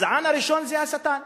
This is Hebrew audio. הגזען הראשון זה השטן,